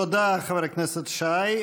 תודה, חבר הכנסת שי.